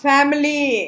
Family